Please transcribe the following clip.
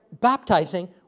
baptizing